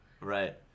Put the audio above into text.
Right